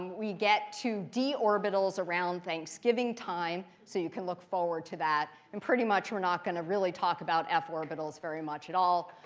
we get to d orbitals around thanksgiving time. so you can look forward to that. and pretty much we're not going to really talk about f orbitals very much at all.